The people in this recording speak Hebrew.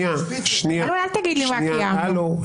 אל תגיד לי מה קיימנו.